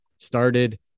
started